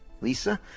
Lisa